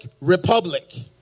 republic